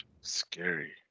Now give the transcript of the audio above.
Scary